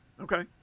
Okay